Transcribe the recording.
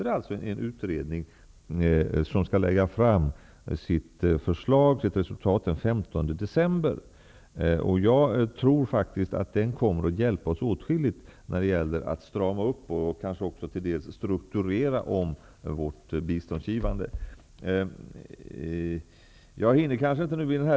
Det pågår en utredning, som skall lägga fram sitt resultat den 15 december. Jag tror faktiskt att den kommer att hjälpa oss åtskilligt när det gäller att strama upp och kanske också delvis strukturera om vår biståndsgivning.